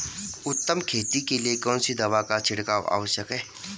उत्तम खेती के लिए कौन सी दवा का छिड़काव आवश्यक है?